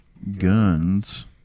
guns